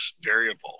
variable